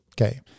Okay